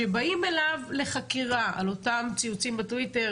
כשבאים אליו לחקירה על אותם ציוצים בטוויטר,